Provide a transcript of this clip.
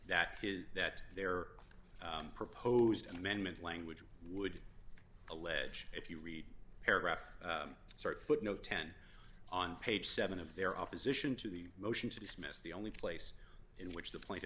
that is that their proposed amendment language would allege if you read paragraph start footnote ten on page seven of their opposition to the motion to dismiss the only place in which the pla